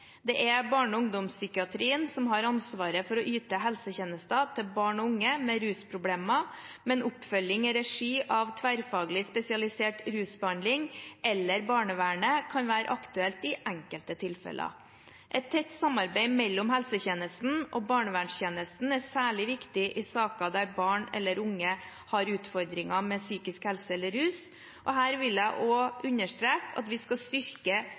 Det er barne- og ungdomspsykiatrien som har ansvaret for å yte helsetjenester til barn og unge med rusproblemer, men oppføling i regi av tverrfaglig spesialisert rusbehandling eller barnevernet kan være aktuelt i enkelte tilfeller. Et tett samarbeid mellom helsetjenesten og barnevernstjenesten er særlig viktig i saker der barn eller unge har utfordringer med psykisk helse eller rus, og her vil jeg også understreke at vi skal styrke